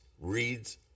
reads